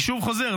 אני שוב חוזר,